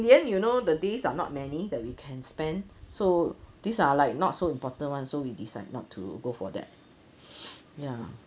the end you know the days are not many that we can spend so these are like not so important [one] so we decide not to go for that ya